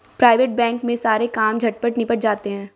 private bank में सारे काम झटपट निबट जाते हैं